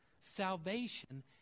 Salvation